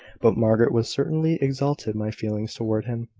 but margaret has certainly exalted my feelings towards him,